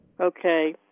Okay